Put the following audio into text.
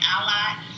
ally